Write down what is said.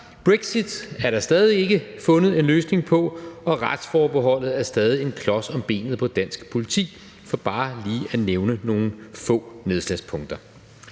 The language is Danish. brexit er der stadig ikke fundet en løsning på; og retsforbeholdet er stadig en klods om benet på dansk politi – for bare lige at nævne nogle få nedslagspunkter.